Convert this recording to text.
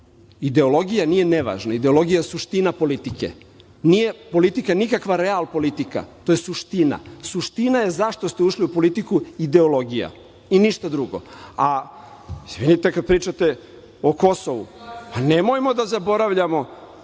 Ideologija nije nevažna. Ideologija je suština politike. Nije politika nikakva realpolitika. To je suština. Suština zašto ste ušli u politiku, ideologija i ništa drugo. Izvinite, kada pričate o Kosovu. Nemojmo da zaboravljamo